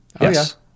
Yes